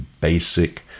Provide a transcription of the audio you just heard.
basic